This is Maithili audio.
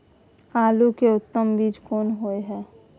आलू के उत्तम बीज कोन होय है?